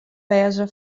wêze